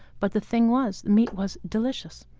but the thing was the meat was delicious,